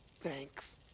Thanks